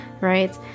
right